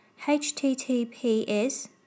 https